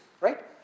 Right